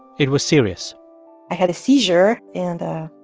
it was serious i had a seizure. and,